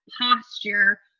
posture